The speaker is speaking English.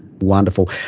Wonderful